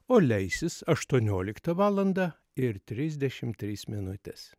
o leisis aštuonioliktą valandą ir trisdešimt trys minutės